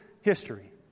history